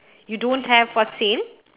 you don't have for sale